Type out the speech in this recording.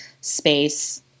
space